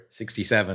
67